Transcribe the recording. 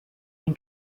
ein